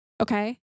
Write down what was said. okay